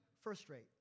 first-rate